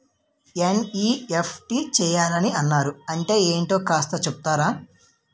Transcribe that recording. NEFT చేయాలని అన్నారు అంటే ఏంటో కాస్త చెపుతారా?